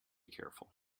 careful